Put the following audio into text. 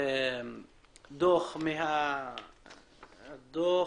הייתה הערכה שזה מה שיכול להיות.